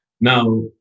Now